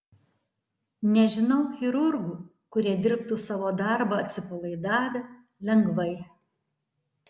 nežinau chirurgų kurie dirbtų savo darbą atsipalaidavę lengvai